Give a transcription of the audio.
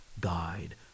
Guide